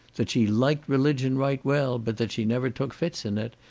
that she liked religion right well, but that she never took fits in it,